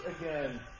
again